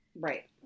Right